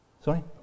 Sorry